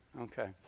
Okay